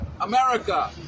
America